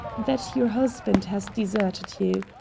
that your husband has deserted you.